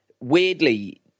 weirdly